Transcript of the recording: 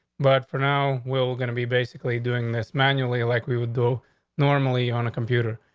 but for now, we'll gonna be basically doing this manually, like we would do normally on a computer,